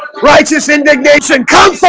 righteous indignation come